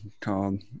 called